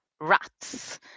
rats